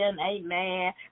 amen